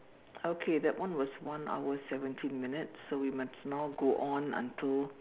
okay that one was one hour seventeen minutes so we must now go on until